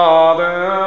Father